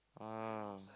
uh